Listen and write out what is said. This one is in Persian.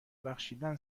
بخشیدن